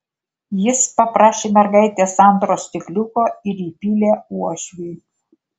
jis paprašė mergaitės antro stikliuko ir įpylė uošviui